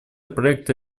проекта